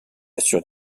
assure